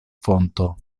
fonto